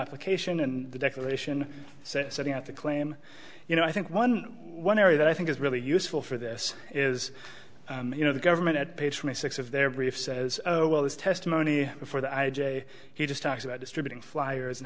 application and the declaration setting out the claim you know i think one one area that i think is really useful for this is you know the government had paid for me six of their briefs as well as testimony for the i j he just talked about distributing flyers and